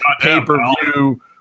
pay-per-view